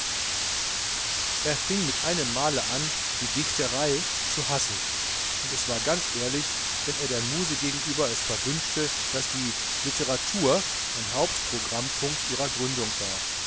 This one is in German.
er fing mit einemmale an die dichterei zu hassen und es war ganz ehrlich wenn er der muse gegenüber es verwünschte daß die literatur ein hauptprogrammpunkt ihrer gründung war